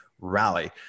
rally